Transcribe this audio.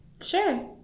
Sure